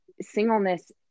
singleness